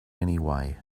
anyway